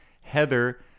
Heather